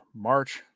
march